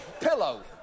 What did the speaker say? Pillow